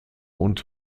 und